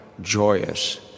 joyous